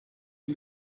est